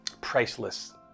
priceless